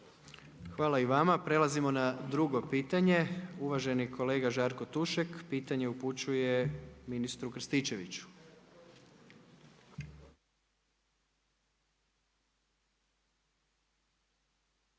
Hvala i vama. Prelazimo na drugo pitanje. Uvaženi kolega Žarko Tušek pitanje upućuje ministru Krstičeviću.